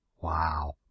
Wow